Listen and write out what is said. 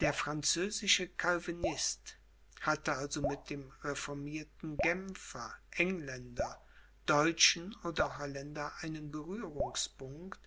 der französische calvinist hatte also mit dem reformierten genfer engländer deutschen oder holländer einen berührungspunkt